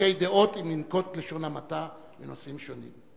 חילוקי דעות, אם לנקוט לשון המעטה, בנושאים שונים.